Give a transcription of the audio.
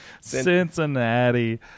Cincinnati